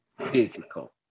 physical